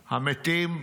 המתים,